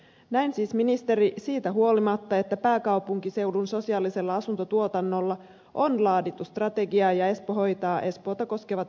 näin siis ministeri siitä huolimatta että pääkaupunkiseudun sosiaaliselle asuntotuotannolle on laadittu strategia ja espoo hoitaa espoota koskevat velvoitteet